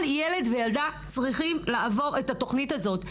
כל ילד וילדה צריכים לעבור את התוכנית הזאת.